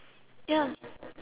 ya